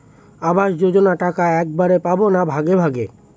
আবাস যোজনা টাকা একবারে পাব না ভাগে ভাগে?